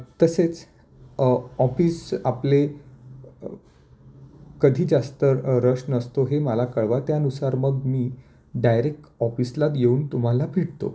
तसेच ऑफिस आपले कधी जास्त रश नसतो हे मला कळवा त्यानुसार मग मी डायरेक्ट ऑफिसलात येऊन तुम्हाला भेटतो